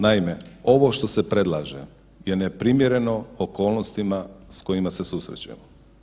Naime, ovo što se predlaže je neprimjereno okolnostima s kojima se susrećemo.